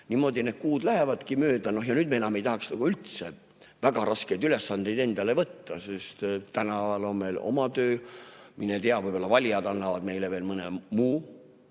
Niimoodi need kuud lähevadki mööda ja nüüd me enam ei tahaks üldse väga raskeid ülesandeid endale võtta, sest täna on meil oma töö. Mine tea, võib-olla valijad annavad meile veel mõne muu